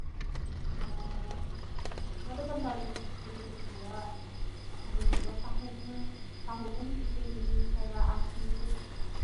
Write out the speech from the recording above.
itu ada pentol becucuk jua ada jua tahu nya, tahu nya di isi kaya aci tu.